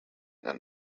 and